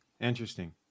Interesting